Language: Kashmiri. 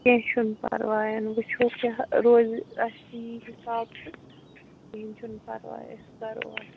کینٛہہ چھُنہٕ پرواین وٕچھو کیٛاہ روزِ اَسہِ تہِ یی حِساب تہٕ کِہیٖنۍ چھُنہٕ پرواے أسۍ کرو اَتھ